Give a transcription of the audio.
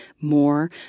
more